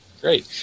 Great